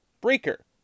Breaker